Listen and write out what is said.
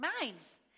minds